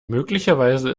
möglicherweise